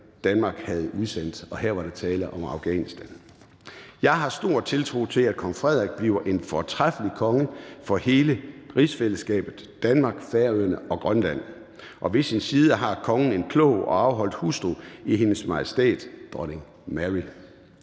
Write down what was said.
Danmark havde udsendt. Her var der tale om Afghanistan. Jeg har stor tiltro til, at kong Frederik bliver en fortræffelig konge for hele rigsfællesskabet, Danmark, Færøerne og Grønland. Ved sin side har kongen en klog og afholdt hustru i Hendes Majestæt Dronning Mary.